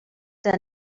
done